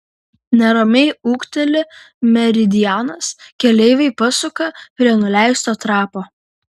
neramiai ūkteli meridianas keleiviai pasuka prie nuleisto trapo